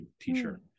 teacher